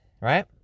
right